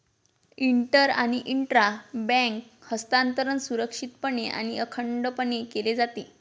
inter आणि intra bank हस्तांतरण सुरक्षितपणे आणि अखंडपणे केले जाते